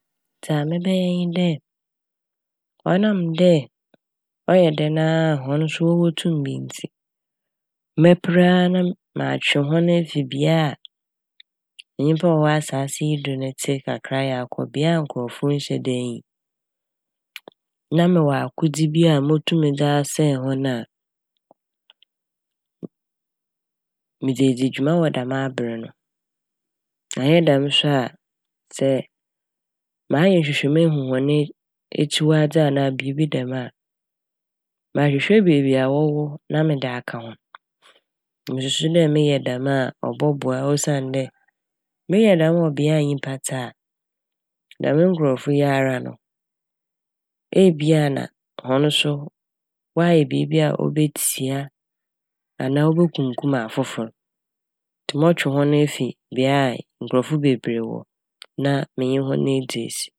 Dza mebɛyɛ nye dɛ ɔnam dɛ ɔyɛ dɛn ara a hɔn so wobotum me ntsi mɛper a na matwe hɔn efi bea a nyimpa a wɔwɔ asaase yi do tse kakra a yɛakɔ bea nkorɔfo nnhyɛ daa nnyi na mewɔ akodze bi a motum medze asɛɛe hɔn a medze edzi dwuma dɛm aber no. Annyɛ dɛm so sɛ mayɛ nhwehwɛmu ehu hɔn ekyiwadze anaa biibi dɛm a, mahwehwɛ beebi a wɔwɔ na mede aka hɔn. Mususu dɛ meyɛ ne dɛm a ɔbɔboa osiandɛ meyɛ dɛm wɔ bea a nyimpa tse a, dɛm nkorɔfo yi ara no ebi a na hɔn so wɔayɛ biibi a obetsia anaa obokunkum afofor ntsi mɔtwe hɔn efi bea a nyimpa bebree wɔ na menye hɔn edzi esi.